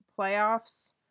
playoffs